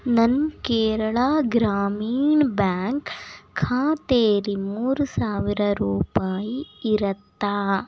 ನನ್ನ ಕೇರಳ ಗ್ರಾಮೀಣ್ ಬ್ಯಾಂಕ್ ಖಾತೇಲಿ ಮೂರು ಸಾವಿರ ರೂಪಾಯಿ ಇರುತ್ತಾ